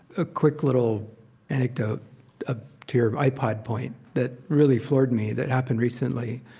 a quick little anecdote ah to your ipod point that really floored me that happened recently.